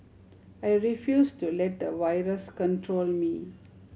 I refused to let a virus control me